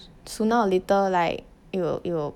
sooner or later like it will it wil